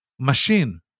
Machine